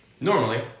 Normally